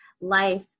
life